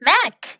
Mac